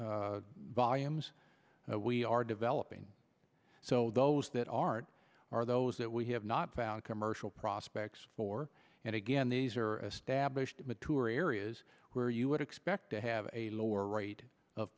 s we are developing so those that aren't are those that we have not found commercial prospects for and again these are established mature areas where you would expect to have a lower